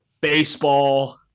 baseball